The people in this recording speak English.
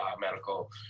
medical